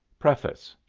preface